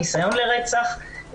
ניסיון לרצח,